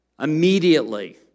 immediately